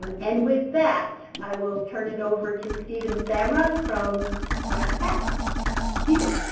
and with that i will turn it over to steven samra from brss tacs steven.